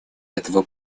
этого